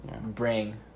Bring